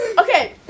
Okay